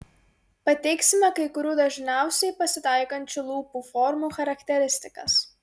pateiksime kai kurių dažniausiai pasitaikančių lūpų formų charakteristikas